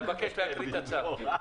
אני מבקש להקריא את הצו.